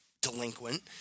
delinquent